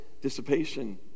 dissipation